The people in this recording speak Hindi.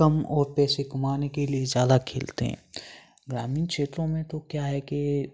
कम और पैसे कमाने के लिए ज़्यादा खेलते हैं ग्रामीण क्षेत्रों में तो क्या है कि